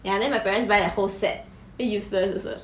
ya then my parents buy a whole set very useless also